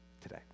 today